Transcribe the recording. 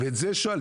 ואת זה שואלים,